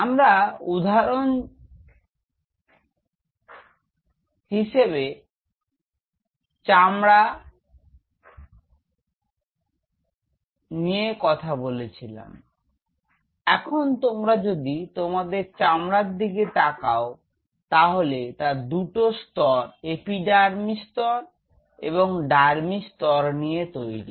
আমার উদাহরণ ছিল চামড়া এখন তোমরা যদি তোমাদের চামড়ার দিকে তাকাও তাহলে তা দুটো স্তর এপিডার্মিস স্তর এবং ডারমিস স্তর নিয়ে তৈরি